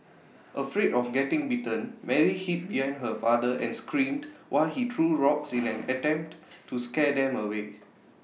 afraid of getting bitten Mary hid behind her father and screamed while he threw rocks in an attempt to scare them away